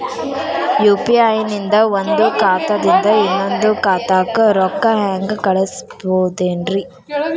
UPI ನಿಂದ ಒಂದ್ ಖಾತಾದಿಂದ ಇನ್ನೊಂದು ಖಾತಾಕ್ಕ ರೊಕ್ಕ ಹೆಂಗ್ ಕಳಸ್ಬೋದೇನ್ರಿ?